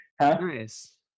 Nice